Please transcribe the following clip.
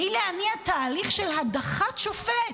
והיא להניע תהליך של הדחת שופט.